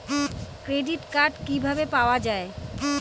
Credit card কিভাবে পাওয়া য়ায়?